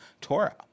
Torah